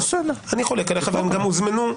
והם גם הוזמנו,